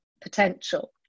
potential